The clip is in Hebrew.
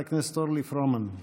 חברת הכנסת אורלי פרומן.